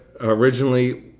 originally